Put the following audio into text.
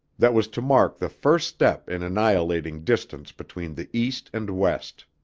that was to mark the first step in annihilating distance between the east and west.